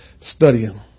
studying